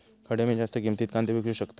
खडे मी जास्त किमतीत कांदे विकू शकतय?